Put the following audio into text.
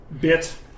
bit